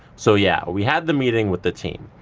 so, yeah. we had the meeting with the team.